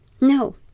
No